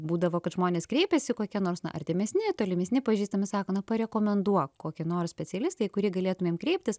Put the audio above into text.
būdavo kad žmonės kreipiasi kokie nors na artimesni tolimesni pažįstami sako na parekomenduok kokį nors specialistą į kurį galėtumėm kreiptis